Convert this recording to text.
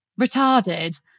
retarded